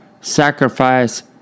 sacrifice